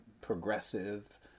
progressive